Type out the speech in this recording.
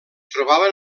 trobaven